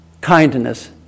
kindness